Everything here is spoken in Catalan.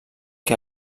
que